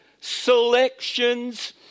selections